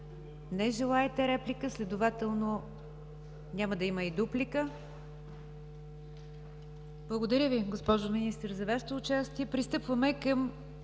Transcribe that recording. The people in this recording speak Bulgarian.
Не желаете реплика. Следователно няма да има и дуплика. Благодаря Ви, госпожо Министър за Вашето участие.